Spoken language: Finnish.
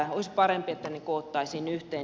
olisi parempi että ne koottaisiin yhteen